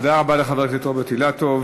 תודה רבה לחבר הכנסת רוברט אילטוב.